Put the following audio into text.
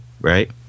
right